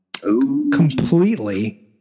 completely